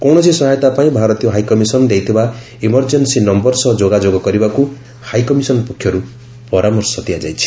କୌଣସି ସହାୟତା ପାଇଁ ଭାରତୀୟ ହାଇକମିଶନ୍ ଦେଇଥିବା ଏମର୍ଜେନ୍ନୀ ନମ୍ଘର ସହ ଯୋଗାଯୋଗ କରିବାକୁ ହାଇକମିଶନ୍ ପକ୍ଷରୁ ପରାମର୍ଶ ଦିଆଯାଇଛି